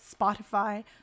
spotify